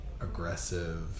aggressive